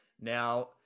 Now